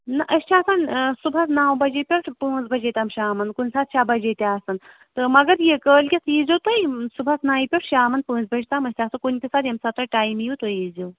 نا أسۍ چھِ آسان صُبحس نَو بَجے پٮ۪تھ پانژھ بَجے تام شامَن کُنہِ ساتہٕ شےٚ بَجے تہِ آسان تہٕ مَگر یہِ کٲلکٮ۪تھ ییٖزیو تُہۍ صُبحَن نَیہِ پٮ۪ٹھٕ شامَن پانژھِ بَجہِ تام أسۍ آسو کُنہِ تہِ ساتہٕ ییٚمہِ ساتہٕ تۄہہِ ٹایِم ییو تُہۍ ییٖزیو